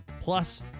plus